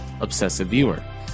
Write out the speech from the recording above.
obsessiveviewer